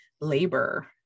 labor